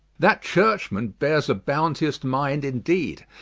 that churchman beares a bounteous minde indeed,